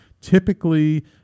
typically